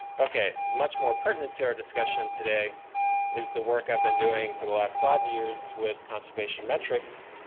ok. much more pertinent to our discussion today is the work i've been doing for the last five years with conservation metrics.